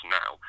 now